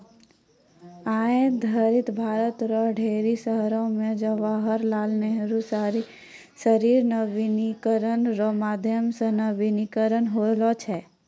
आय धरि भारत रो ढेरी शहरो मे जवाहर लाल नेहरू शहरी नवीनीकरण रो माध्यम से नवीनीकरण होलौ छै